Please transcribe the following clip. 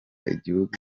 igihugu